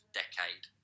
decade